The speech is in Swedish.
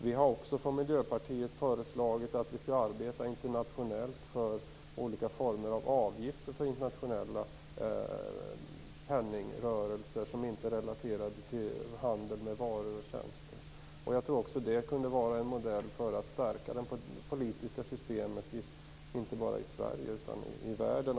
Vi i Miljöpartiet har också föreslagit att vi skall arbeta internationellt för olika former av avgifter för internationella penningrörelser som inte är relaterade till handel med varor och tjänster. Jag tror också att det kunde vara en modell för att stärka det politiska systemet inte bara i Sverige utan i världen.